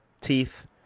teeth